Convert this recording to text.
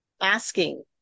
asking